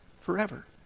forever